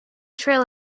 trail